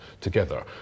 together